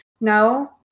No